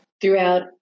throughout